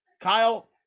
Kyle